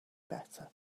better